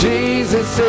Jesus